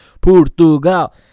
Portugal